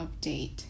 update